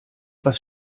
was